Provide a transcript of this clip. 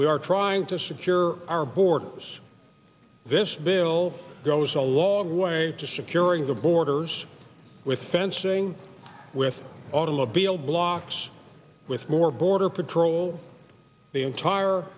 we are trying to secure our borders this bill goes a long way to securing the borders with fencing with automobile blocks with more border patrol the entire